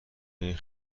این